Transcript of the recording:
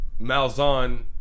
Malzahn